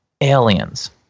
aliens